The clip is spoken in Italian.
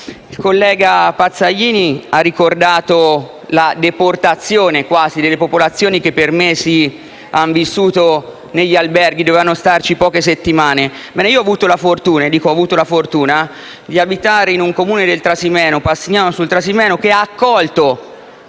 il collega Pazzaglini ha ricordato la deportazione - per così dire - delle popolazioni che per mesi hanno vissuto negli alberghi (dovevano starci poche settimane). Io ho avuto la fortuna - e dico la fortuna - di abitare nel Comune di Passignano sul Trasimeno che ha accolto